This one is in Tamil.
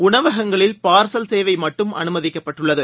உணவகங்களில் பார்சல் சேவை மட்டும் அனுமதிக்கப்பட்டுள்ளது